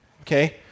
okay